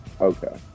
okay